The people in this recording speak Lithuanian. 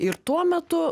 ir tuo metu